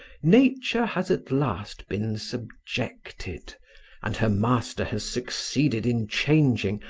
nature has at last been subjected and her master has succeeded in changing,